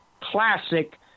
classic